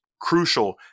crucial